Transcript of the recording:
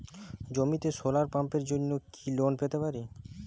জমিতে সোলার পাম্পের জন্য কি লোন পেতে পারি?